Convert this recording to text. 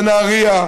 בנהריה,